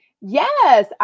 yes